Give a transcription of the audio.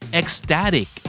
ecstatic